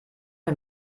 mir